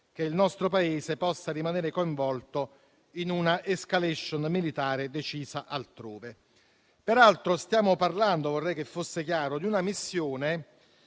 che il nostro Paese possa rimanere coinvolto in una *escalation* militare decisa altrove. Peraltro, stiamo parlando, vorrei che fosse chiaro, di una missione